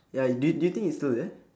ya do you do you think it's still there